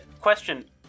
Question